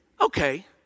Okay